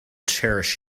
cherish